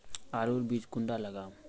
आलूर बीज कुंडा लगाम?